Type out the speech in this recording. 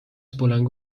بلندگو